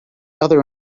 other